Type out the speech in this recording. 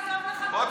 בוא,